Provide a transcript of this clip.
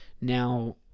Now